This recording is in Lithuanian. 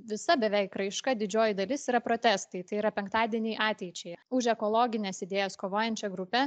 visa beveik raiška didžioji dalis yra protestai tai yra penktadieniai ateičiai už ekologines idėjas kovojančią grupę